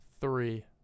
Three